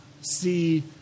see